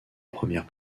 première